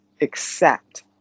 Accept